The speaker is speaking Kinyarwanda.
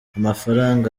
amafaranga